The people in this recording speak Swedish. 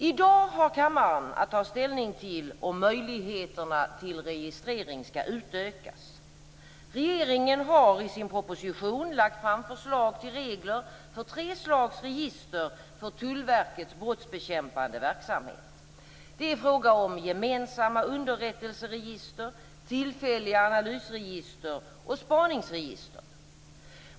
I dag har kammaren att ta ställning till om möjligheterna till registrering skall utökas. Regeringen har i sin proposition lagt fram förslag till regler för tre slags register för Tullverkets brottsbekämpande verksamhet. Det är fråga om gemensamma underrättelseregister, tillfälliga analysregister och spaningsregister.